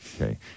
Okay